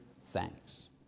thanks